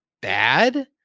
bad